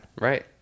Right